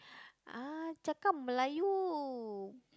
ah cakap Melayu